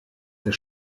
der